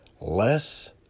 less